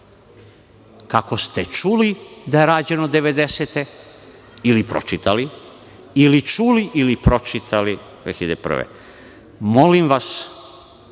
kako ste čuli da je rađeno 90-te, ili pročitali, ili čuli ili pročitali 2001. godine. Molim vas,